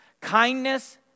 Kindness